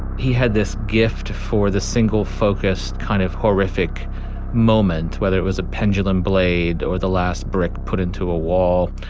he had this gift for the single focused kind of horrific moment whether it was a pendulum blade or the last brick put into a wall.